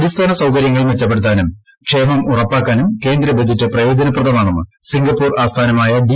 അടിസ്ഥാന സൌകര്യങ്ങൾ മെച്ചപ്പെടുത്താനും ക്ഷേമം ഉറപ്പാക്കാനും കേന്ദ്ര ബജറ്റ് പ്രയോജനപ്രദമാണെന്ന് സിംഗപൂർ ആസ്ഥാനമായ ഡി